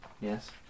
Yes